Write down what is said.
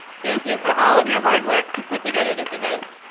thank you for all of your hard work to put together this event,